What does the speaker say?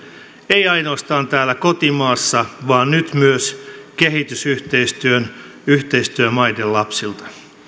ei ainoastaan täällä kotimaassa vaan nyt myös kehitysyhteistyön yhteistyömaiden lapsilta